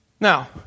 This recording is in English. Now